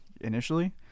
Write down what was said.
initially